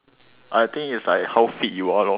I think is like how fit you are lor